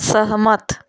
सहमत